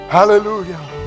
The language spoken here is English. Hallelujah